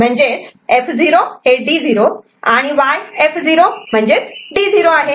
F0 D0 आणि Y F0 म्हणजेच D0